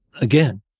again